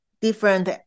different